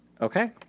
Okay